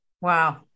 Wow